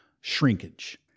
shrinkage